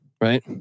right